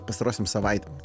pastarosiom savaitėm